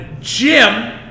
Jim